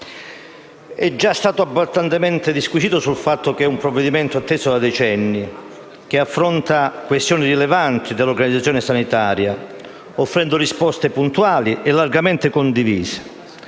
è già abbondantemente disquisito sul fatto che si tratta di un provvedimento atteso da decenni, che affronta questioni rilevanti dell'organizzazione sanitaria, offrendo risposte puntuali e largamente condivise.